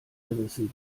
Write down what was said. gerissen